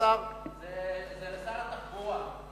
זה לשר התחבורה.